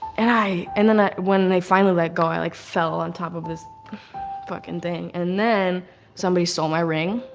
and i, and then when they finally let go, i like fell on top of this fucking thing and then somebody stole so my ring.